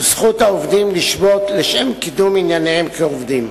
ואת זכות העובדים לשבות לשם קידום ענייניהם כעובדים.